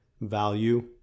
value